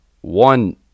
One